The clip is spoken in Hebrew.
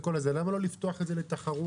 למה לא לפתוח את זה לתחרות?